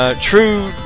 True